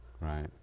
Right